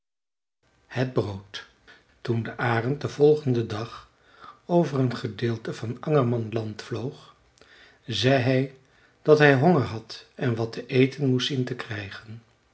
het brood toen de arend den volgenden dag over een gedeelte van angermanland vloog zei hij dat hij honger had en wat te eten moest zien te krijgen